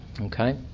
Okay